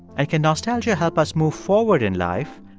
and can nostalgia help us move forward in life,